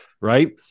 right